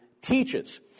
teaches